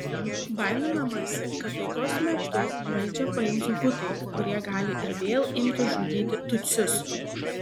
baiminamasi kad taikos metu valdžią paims hutai kurie gali ir vėl imti žudyti tutsius